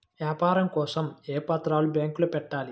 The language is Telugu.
వ్యాపారం కోసం ఏ పత్రాలు బ్యాంక్లో పెట్టాలి?